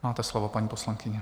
Máte slovo, paní poslankyně.